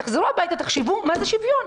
תחזרו הביתה ותחשבו מה זה שוויון.